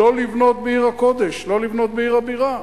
לא לבנות בעיר הקודש, לא לבנות בעיר הבירה.